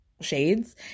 shades